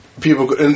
people